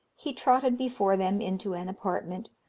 he trotted before them into an apartment,